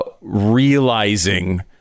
realizing